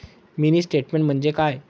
Mini statement म्हणजे काय?